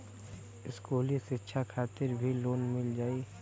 इस्कुली शिक्षा खातिर भी लोन मिल जाई?